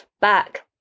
back